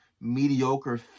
mediocre